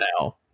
now